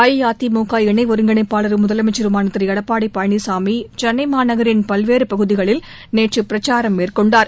அஇஅதிமுக இணை ஒருங்கிணைப்பாளரும் முதலமைச்சருமான திரு எடப்பாடி பழனிசாமி சென்னை மாநகின் பல்வேறு பகுதிகளில் நேற்று பிரச்சாரம் மேற்கொண்டார்